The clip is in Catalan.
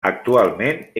actualment